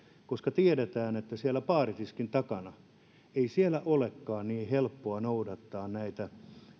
koska tiedetään että ei siellä baaritiskin takana olekaan niin helppoa noudattaa näitä